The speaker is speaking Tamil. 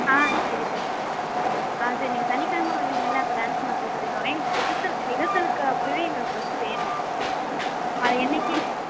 ஆ சரி சரி ஆ சரி நீங்கள் சனிக்கிழம வருவிங்கள்ளல அப்போ டான்ஸ் மாஸ்டர்கிட்ட சொல்லிக்கோங்க எங்களுக்கு ரிகர்சல் ரிகர்சலுக்கு அப்போவே எங்களுக்கு டிரெஸ்ஸு வேணும் அது என்னைக்கின்னு